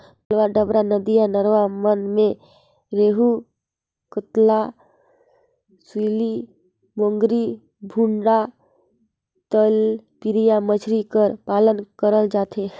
तलवा डबरा, नदिया नरूवा मन में रेहू, कतला, सूइली, मोंगरी, भुंडा, तेलपिया मछरी कर पालन करल जाथे